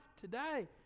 today